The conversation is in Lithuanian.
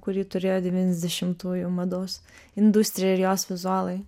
kurį turėjo devyniasdešimtųjų mados industrija ir jos vizualiai